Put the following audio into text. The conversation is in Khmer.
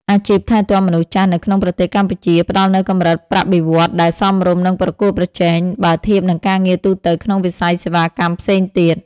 អាជីពថែទាំមនុស្សចាស់នៅក្នុងប្រទេសកម្ពុជា ផ្តល់នូវកម្រិតប្រាក់បៀវត្សរ៍ដែលសមរម្យ និងប្រកួតប្រជែង បើធៀបនឹងការងារទូទៅក្នុងវិស័យសេវាកម្មផ្សេងទៀត។